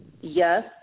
Yes